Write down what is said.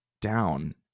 down